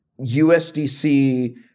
USDC